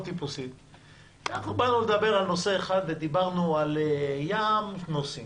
כי אנחנו באנו לדבר על נושא אחד ודיברנו על ים נושאים.